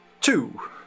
two